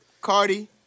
Cardi